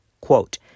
Quote